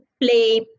play